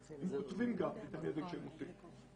כותבים גם את הנזק שהם עושים.